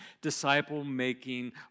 disciple-making